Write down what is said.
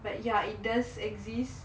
but ya it does exist